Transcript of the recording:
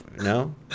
No